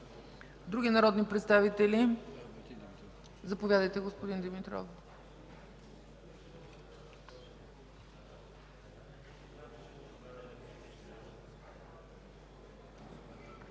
Други народни представители? Заповядайте, господин Димитров!